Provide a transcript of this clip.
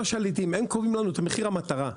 הם קובעים לנו את מחיר המטרה.